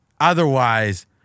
otherwise